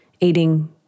eating